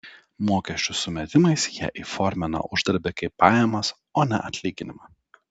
mokesčių sumetimais jie įformina uždarbį kaip pajamas o ne atlyginimą